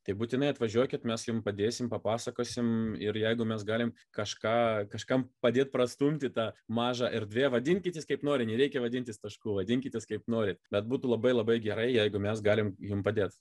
tai būtinai atvažiuokit mes jums padėsim papasakosim ir jeigu mes galim kažką kažkam padėt prastumti tą maža erdvė vadinkitės kaip norit nereikia vadintis tašku vadinkitės kaip norit bet būtų labai labai gerai jeigu mes galim jum padėt